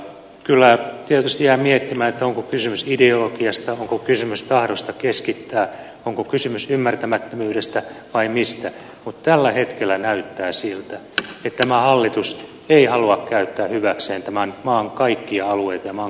kyllä tietysti jää miettimään onko kysymys ideologiasta onko kysymys tahdosta keskittää onko kysymys ymmärtämättömyydestä vai mistä mutta tällä hetkellä näyttää siltä että tämä hallitus ei halua käyttää hyväkseen tämän maan kaikkia alueita ja maan kaikkien alueitten kehittämistä